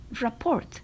report